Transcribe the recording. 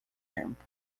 tempo